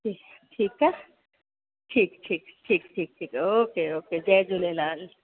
जी ठीकु आहे ठीकु ठीकु ठीकु ठीकु ठीकु ओके ओके जय झूलेलाल